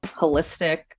holistic